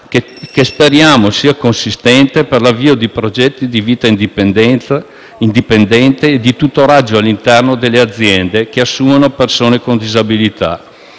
che speriamo sia consistente per l'avvio di progetti di vita indipendente e di tutoraggio all'interno delle aziende che assumono persone con disabilità.